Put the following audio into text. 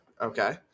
Okay